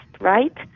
right